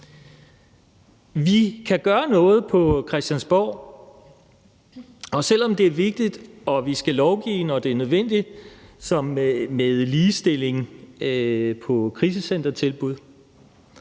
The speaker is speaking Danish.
Vi kan gøre noget på Christiansborg. Og selv om det er vigtigt og vi skal lovgive, når det er nødvendigt, som med ligestilling på krisecentertilbud,